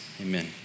Amen